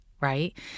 right